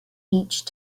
each